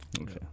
okay